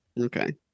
Okay